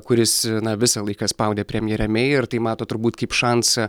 kuris na visą laiką spaudė premjerę mei ir tai mato turbūt kaip šansą